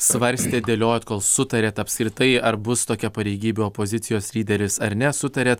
svarstė dėliojat kol sutarėt apskritai ar bus tokia pareigybė opozicijos lyderis ar ne sutarėt